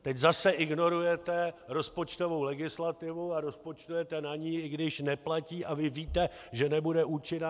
Teď zase ignorujete rozpočtovou legislativu a rozpočtujete na ni, i když neplatí a vy víte, že nebude účinná k 1. 1. 2016.